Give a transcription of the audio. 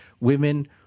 women